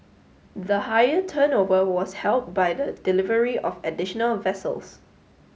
the higher turnover was helped by the delivery of additional vessels